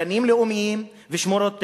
גנים לאומיים ושמורות טבע,